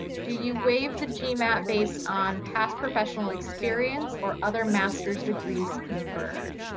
do you waive the gmat based on past professional experience or other masters degrees conferred?